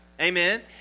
Amen